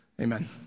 Amen